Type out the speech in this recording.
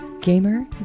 Gamer